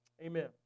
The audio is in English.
Amen